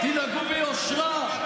תנהגו ביושרה.